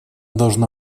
должна